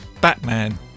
Batman